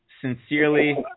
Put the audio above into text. Sincerely